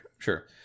Sure